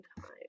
time